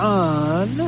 on